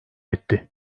etti